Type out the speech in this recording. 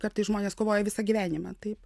kartais žmonės kovoja visą gyvenimą taip